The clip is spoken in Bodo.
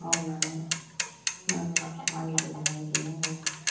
मावनानै माइ दै नायहैनांगौ